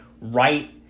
right –